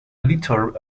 editor